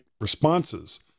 responses